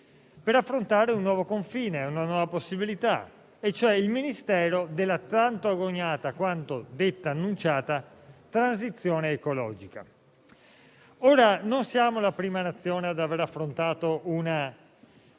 per affrontare un nuovo confine, una nuova possibilità, cioè il Ministero della tanta agognata, quanto detta e annunciata, transizione ecologica. Non siamo la prima Nazione ad aver affrontato